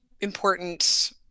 important